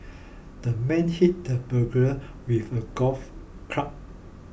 the man hit the burglar with a golf club